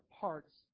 parts